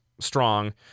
strong